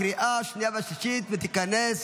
23 בעד, אין מתנגדים.